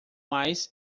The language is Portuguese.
mais